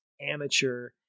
amateur